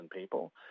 people